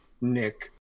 Nick